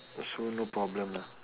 so no problem lah